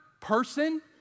person